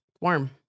Warm